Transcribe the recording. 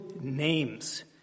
names